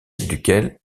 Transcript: duquel